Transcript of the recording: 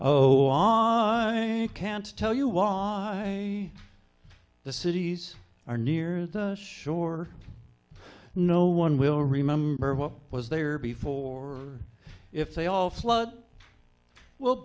oh i can't tell you why the cities are near the shore no one will remember what was there before if they all flood well